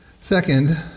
Second